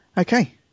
Okay